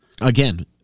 again